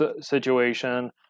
situation